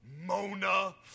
Mona